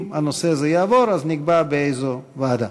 אם הנושא הזה יעבור, אז נקבע באיזו ועדה.